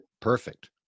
perfect